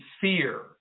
fear